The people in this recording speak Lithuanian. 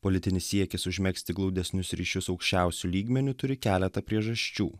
politinis siekis užmegzti glaudesnius ryšius aukščiausiu lygmeniu turi keletą priežasčių